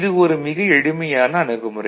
இது ஒரு மிக எளிமையான அணுகுமுறை